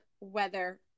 weather